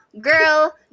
girl